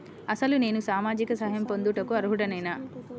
అసలు నేను సామాజిక సహాయం పొందుటకు అర్హుడనేన?